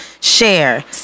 share